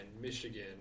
Michigan